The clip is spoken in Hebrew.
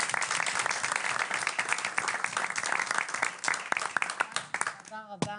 תודה רבה.